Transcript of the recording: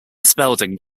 spalding